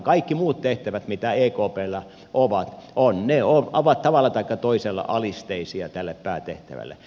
kaikki muut tehtävät mitä ekpllä on ovat tavalla taikka toisella alisteisia tälle päätehtävälle